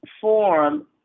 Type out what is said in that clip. form